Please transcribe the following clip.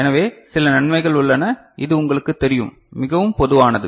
எனவே சில நன்மைகள் உள்ளன இது உங்களுக்குத் தெரியும் மிகவும் பொதுவானது